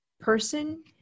person